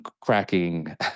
cracking